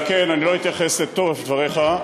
ולכן אני לא אתייחס לתוכן דבריך,